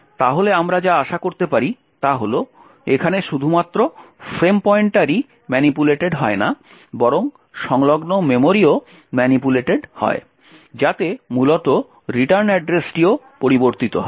তাহলে আমরা যা আশা করতে পারি তা হল এখানে শুধুমাত্র ফ্রেম পয়েন্টারই ম্যানিপুলেটেড হয় না বরং সংলগ্ন মেমরিও ম্যানিপুলেটেড হয় যাতে মূলতঃ রিটার্ন অ্যাড্রেসটিও পরিবর্তিত হয়